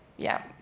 yeah,